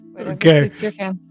Okay